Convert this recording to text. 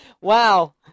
Wow